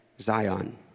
Zion